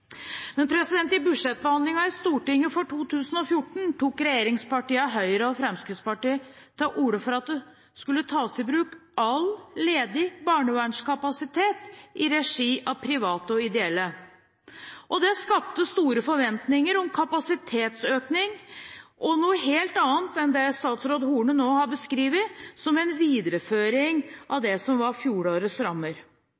Men i budsjettbehandlingen i Stortinget for 2014 tok regjeringspartiene Høyre og Fremskrittspartiet til orde for at det skulle tas i bruk all ledig barnevernskapasitet i regi av private og ideelle. Det skapte store forventninger om kapasitetsøkning og noe helt annet enn det statsråd Horne nå har beskrevet som en videreføring av